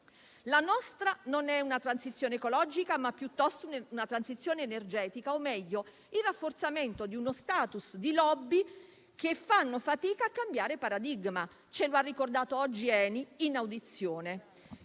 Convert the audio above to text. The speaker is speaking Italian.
La nostra è una transizione non ecologica, ma piuttosto energetica o, meglio, il rafforzamento di uno *status* di *lobby* che fanno fatica a cambiare paradigma, come ci ha ricordato oggi ENI in audizione.